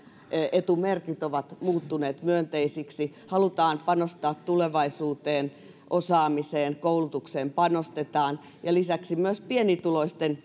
etumerkit ovat muuttuneet myönteisiksi halutaan panostaa tulevaisuuteen osaamiseen koulutukseen ja lisäksi myös pienituloisten